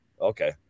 Okay